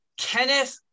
Kenneth